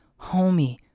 Homie